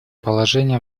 положение